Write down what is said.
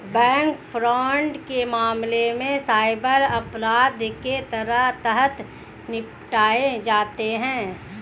bank fraud के मामले cyber अपराध के तहत निपटाए जाते हैं